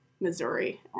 Missouri